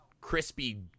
crispy